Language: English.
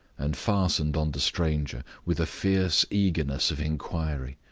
and fastened on the stranger with a fierce eagerness of inquiry.